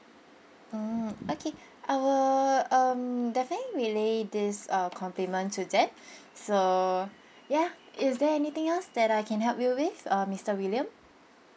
mm okay I will um definitely relay this uh compliment to them so ya is there anything else that I can help you with uh mister william